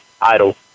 idle